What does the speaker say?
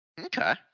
Okay